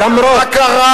מה קרה?